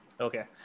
Okay